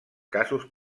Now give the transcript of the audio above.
casos